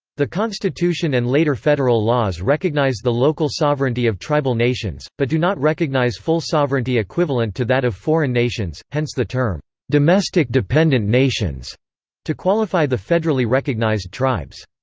the constitution and later federal laws recognize the local sovereignty of tribal nations, but do not recognize full sovereignty equivalent to that of foreign nations, hence the term domestic dependent nations to qualify the federally recognized recognized tribes.